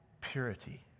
purity